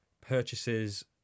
purchases